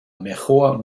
mejor